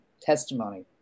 testimony